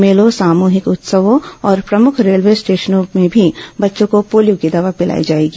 मेलों सामूहिक उत्सवों और प्रमुख रेलवे स्टेशनों में भी बच्चों को पोलियो की दवा पिलाई जाएगी